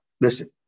listen